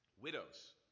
widows